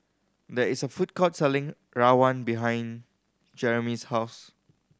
there is a food court selling rawon behind Jereme's house